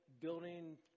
building